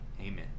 Amen